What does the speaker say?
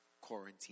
quarantine